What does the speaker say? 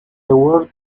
award